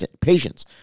patience